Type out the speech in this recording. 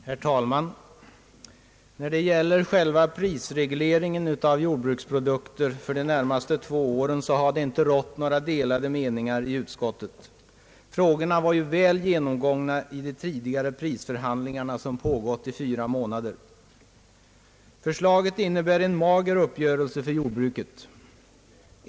Herr talman! När det gäller själva prisregleringen av jordbruksprodukter för de närmaste två åren har det inte rått delade meningar inom utskottet. Frågorna var väl genomgångna i de tidigare prisförhandlingarna, som pågått i fyra månader. | Förslaget innebär en mager uppgörelse för jordbruket.